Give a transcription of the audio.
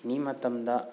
ꯑꯦꯅꯤ ꯃꯇꯝꯗ